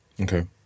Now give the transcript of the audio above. Okay